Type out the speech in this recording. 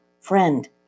friend